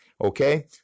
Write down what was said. okay